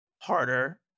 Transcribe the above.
harder